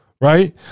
right